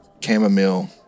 chamomile